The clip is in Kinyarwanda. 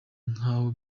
nk’aho